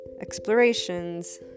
explorations